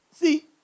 See